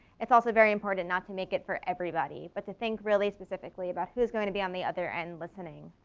it's also very important not to make it for everybody but to think really specifically about who's going to be on the other end listening.